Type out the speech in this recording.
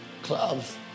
Clubs